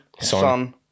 Son